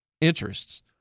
interests